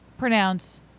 pronounce